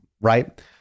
right